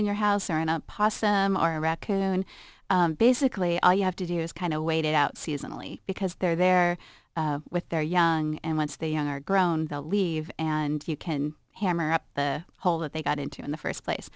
in your house or in a possum or a raccoon basically all you have to do is kind of wait it out seasonally because they're there with their young and once they are grown they'll leave and you can hammer up the hole that they got into in the first place